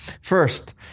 First